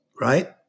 right